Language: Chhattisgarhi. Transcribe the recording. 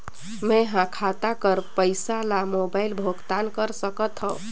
मैं ह खाता कर पईसा ला मोबाइल भुगतान कर सकथव?